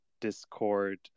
discord